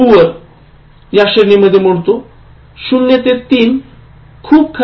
० तो ३ खूप खराब